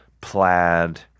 plaid